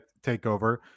takeover